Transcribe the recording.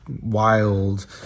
wild